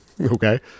Okay